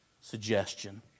suggestion